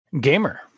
Gamer